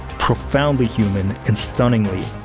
profoundly human, and stunningly,